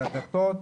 לדתות,